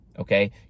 okay